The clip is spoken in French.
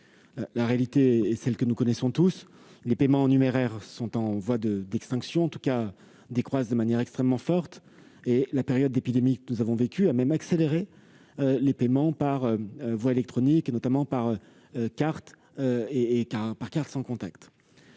La réalité, nous la connaissons tous : les paiements en numéraire sont en voie d'extinction ou, en tout cas, décroissent de manière extrêmement forte et la période d'épidémie que nous avons vécue a accéléré les paiements par voie électronique, notamment par carte bancaire